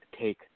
take